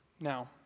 Now